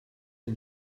den